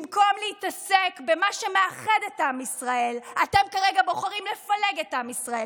במקום להתעסק במה שמאחד את עם ישראל אתם כרגע בוחרים לפלג את עם ישראל.